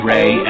Ray